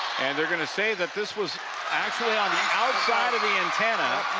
and they're going to say that this was actually on the outsideof the antenna.